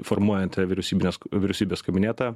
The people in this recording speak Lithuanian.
formuojant vyriausybinės vyriausybės kabinetą